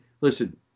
listen